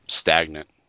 stagnant